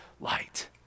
light